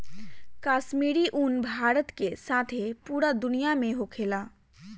काश्मीरी उन भारत के साथे पूरा दुनिया में होखेला